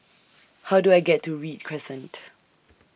How Do I get to Read Crescent